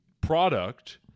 product